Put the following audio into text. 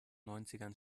neunzigern